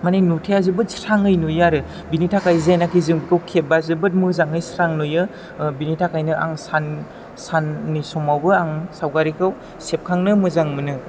मानि नुथाया जोबोद स्राङै नुयो आरो बिनि थाखाय जेनाखि जों बेखौ खेबबा जोबोद मोजाङै स्रां नुयो बिनि थाखायनो आं साननि समावबो आं सावगारिखौ सेबखांनो मोजां मोनो